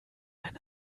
ein